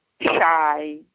shy